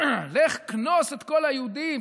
"לך כנוס את כל היהודים",